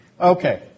Okay